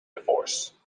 divorce